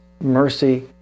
mercy